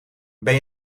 ben